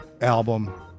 album